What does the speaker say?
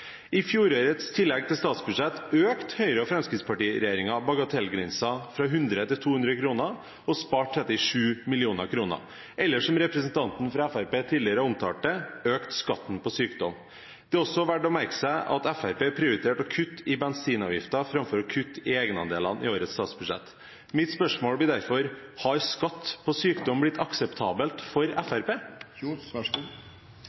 I fjorårets tillegg til statsbudsjettet økte Høyre–Fremskrittsparti-regjeringen bagatellgrensen fra 100 til 200 kr – og sparte 37 mill. kr. Eller som representanten fra Fremskrittspartiet tidligere omtalte det: De økte skatten på sykdom. Det er også verdt å merke seg at Fremskrittspartiet prioriterte å kutte i bensinavgiften framfor å kutte i egenandelene i årets statsbudsjett. Mitt spørsmål blir derfor: Har skatt på sykdom blitt akseptabelt for